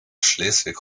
schleswig